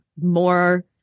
more